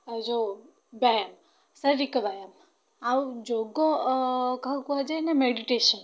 ଯେଉଁ ବ୍ୟାୟାମ ଶାରୀରିକ ବ୍ୟାୟାମ ଆଉ ଯୋଗ କାହାକୁ କୁହାଯାଏ ନା ମେଡ଼ିଟେସନ୍